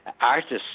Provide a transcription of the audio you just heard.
artists